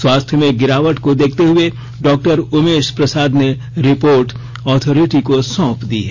स्वास्थ्य में गिरावट को देखते हुए डॉ उमेष प्रसाद ने रिपोर्ट ऑथोरिटी को सौंप दी है